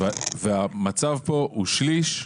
המצב פה הוא שליש.